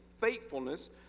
faithfulness